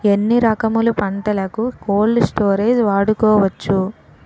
ఎన్ని రకములు పంటలకు కోల్డ్ స్టోరేజ్ వాడుకోవచ్చు?